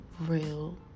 real